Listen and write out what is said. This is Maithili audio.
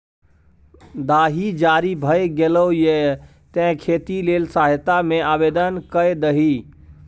दाही जारी भए गेलौ ये तें खेती लेल सहायता मे आवदेन कए दही